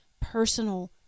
personal